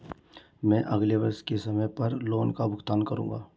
मैं अगले वर्ष से समय पर लोन का भुगतान करूंगा